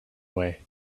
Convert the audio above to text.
way